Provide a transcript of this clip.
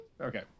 Okay